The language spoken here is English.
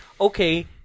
okay